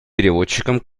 переводчикам